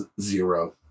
Zero